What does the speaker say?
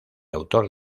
autor